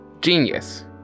genius